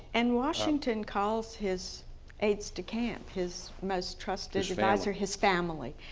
and washington calls his aides de camp, his most trusted advisors, his family